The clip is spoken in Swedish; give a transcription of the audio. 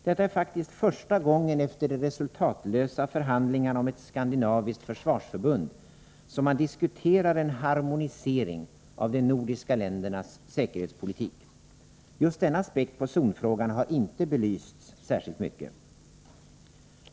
Detta är faktiskt första gången efter de resultatlösa förhandlingarna om ett skandinaviskt försvarsförbund som man diskuterar en harmonisering av de nordiska ländernas säkerhetspolitik. Just denna aspekt på zonfrågan har inte belysts särskilt mycket.